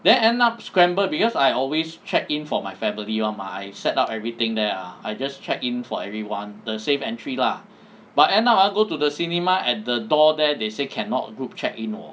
then end up scramble because I always check in for my family [one] mah I set up everything there ah I just check in for everyone the safe entry lah but end up ah go to the cinema at the door there they say cannot group checck in orh